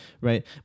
right